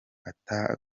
ata